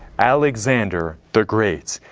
alexander the great.